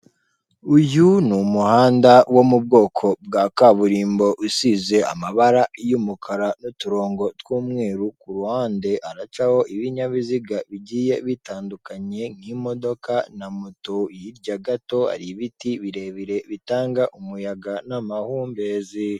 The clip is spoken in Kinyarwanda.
Uyu ni umuhanda wo mu bwoko bwa kaburimbo usize amabara y'umukara n'uturongo tw'umweru ku ruhande, haracaho ibinyabiziga bigiye bitandukanye nk'imodoka na moto; hirya gato hari ibiti birebire bitanga umuyaga n' amahumbezi.